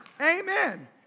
Amen